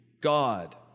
God